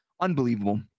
Unbelievable